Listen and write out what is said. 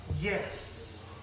yes